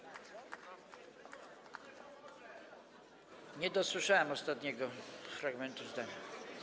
Nie dosłyszałem ostatniego fragmentu zdania.